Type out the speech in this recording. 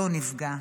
לא נפגע,